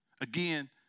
Again